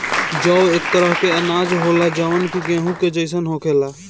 जौ एक तरह के अनाज होला जवन कि गेंहू के जइसन होखेला